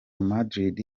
madrid